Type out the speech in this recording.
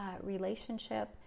relationship